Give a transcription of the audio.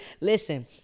Listen